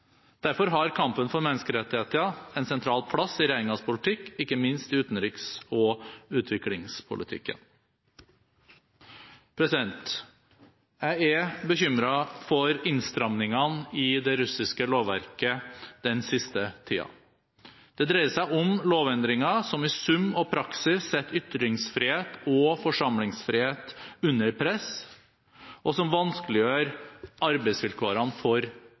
Derfor har kampen for menneskerettigheter en sentral plass i Regjeringens politikk, ikke minst i utenriks- og utviklingspolitikken. Jeg er bekymret for innstramningene i det russiske lovverket den siste tiden. Det dreier seg om lovendringer som i sum og praksis setter ytringsfrihet og forsamlingsfrihet under press, og som vanskeliggjør arbeidsvilkårene for